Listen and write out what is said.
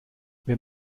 wenn